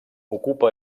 ocupa